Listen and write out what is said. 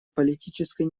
политической